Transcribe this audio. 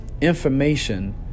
information